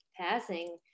passing